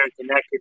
connected